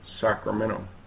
Sacramento